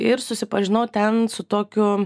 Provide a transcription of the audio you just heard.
ir susipažinau ten su tokiu